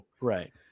Right